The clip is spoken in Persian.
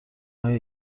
های